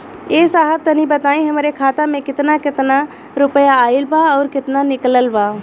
ए साहब तनि बताई हमरे खाता मे कितना केतना रुपया आईल बा अउर कितना निकलल बा?